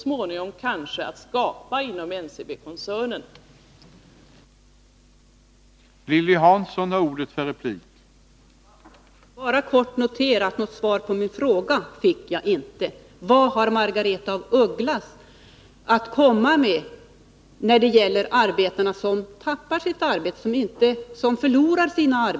Så småningom kanske det också går att skapa nya jobb.